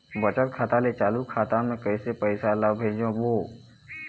बचत खाता ले चालू खाता मे कैसे पैसा ला भेजबो?